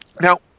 now